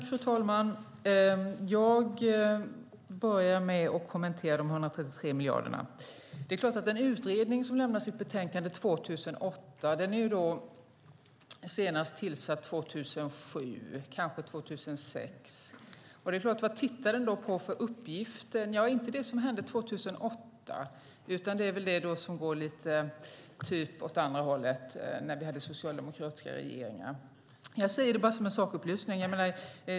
Fru talman! Jag börjar med att kommentera de 133 miljarderna. En utredning som lämnade sitt betänkande 2008 tillsattes 2007, kanske 2006. Vad tittade den på för uppgifter? Ja, inte det som hände 2008, utan typ åt andra hållet, när vi hade socialdemokratiska regeringar. Jag säger det bara som en sakupplysning.